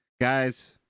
guys